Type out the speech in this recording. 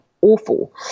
awful